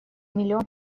миллион